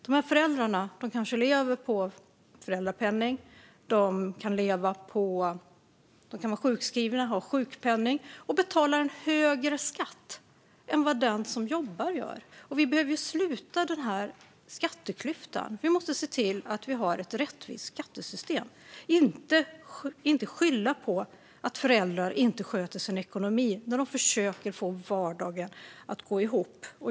Men dessa föräldrar kanske lever på föräldrapenning, är sjukskrivna och har sjukpenning, och de betalar högre skatt än vad de som jobbar gör. Vi måste sluta den här skatteklyftan. Vi måste se till att vi har ett rättvist skattesystem och inte skylla på att föräldrar inte sköter sin ekonomi när de försöker få vardagen att gå ihop.